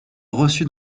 reçu